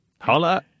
holla